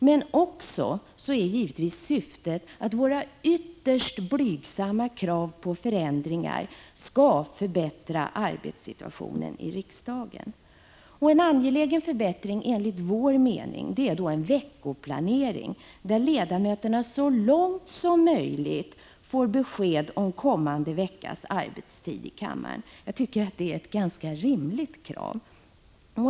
Men syftet är givetvis också att våra ytterst blygsamma krav på förändringar, om de bifalls, skall kunna förbättra arbetssituationen i riksdagen. En enligt vår mening angelägen förbättring är en veckoplanering, där ledamöterna så långt som möjligt får besked om kommande veckas arbetstider i kammaren. Jag tycker att det är ett ganska rimligt krav.